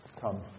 Come